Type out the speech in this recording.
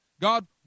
God